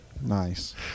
nice